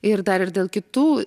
ir dar ir dėl kitų